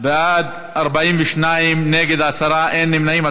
בעד, 42, נגד, עשרה, אין נמנעים.